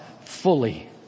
fully